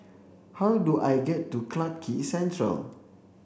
how do I get to Clarke Quay Central